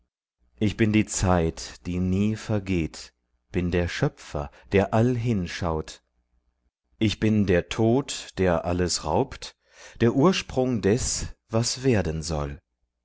ich bin die zeit die nie vergeht bin der schöpfer der allhin schaut ich bin der tod der alles raubt der ursprung deß was werden soll